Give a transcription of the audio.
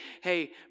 hey